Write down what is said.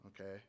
okay